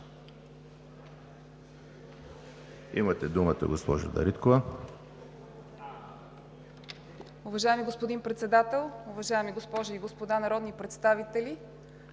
имате думата, госпожо Дариткова.